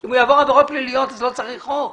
אם הוא יעבור עבירות פליליות, לא צריך חוק.